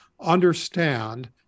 understand